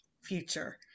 future